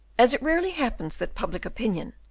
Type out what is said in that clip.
as it rarely happens that public opinion,